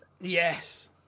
Yes